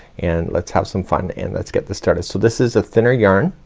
and let's have some fun, and let's get this started. so this is a thinner yarn,